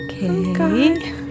Okay